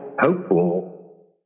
hopeful